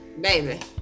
baby